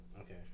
Okay